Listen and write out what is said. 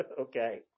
Okay